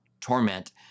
torment